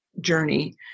journey